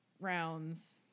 rounds